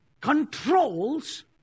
controls